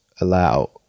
allow